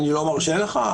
אני לא מרשה לך,